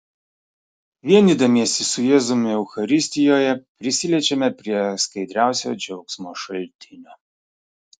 vienydamiesi su jėzumi eucharistijoje prisiliečiame prie skaidriausio džiaugsmo šaltinio